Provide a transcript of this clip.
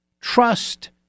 trust